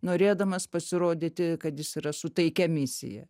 norėdamas pasirodyti kad jis yra su taikia misija